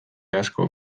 asko